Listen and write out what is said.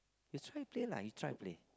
you try play lah you try play